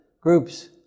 groups